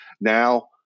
Now